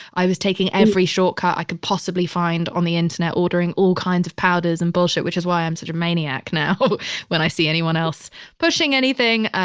i was taking every shortcut i could possibly find on the internet, ordering all kinds of powders and bullshit, which is why i'm such a maniac now when i see anyone else pushing anything.